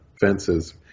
fences